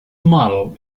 model